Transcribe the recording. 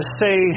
say